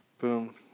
boom